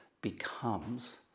becomes